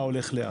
מה הולך לאן,